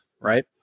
right